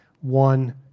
one